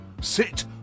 sit